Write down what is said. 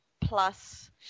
plus